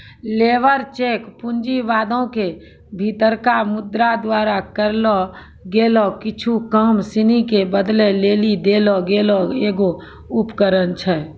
labour cheque पूँजीवादो के भीतरका मुद्रा द्वारा करलो गेलो कुछु काम सिनी के बदलै लेली देलो गेलो एगो उपकरण छै